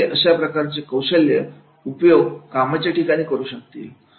तरच ते अशा प्रकारचे कौशल्याचा उपयोग कामाच्या ठिकाणी करू शकतील